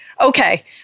Okay